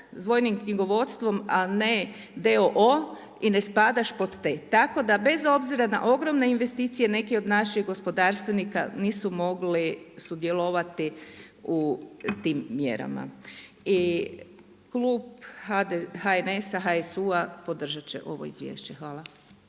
s dvojnim knjigovodstvom ali ne d.o.o i ne spadaš pod te. Tako da bez obzira na ogromne investicije neki od naših gospodarstvenika nisu mogli sudjelovati u tim mjerama. I klub HNS-a, HSU-a podržati će ovo izvješće. Hvala.